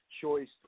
choice